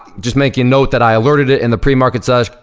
just making note that i alerted it in the pre-market session,